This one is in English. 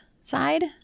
side